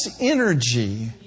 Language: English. energy